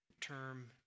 term